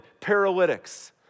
paralytics